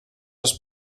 els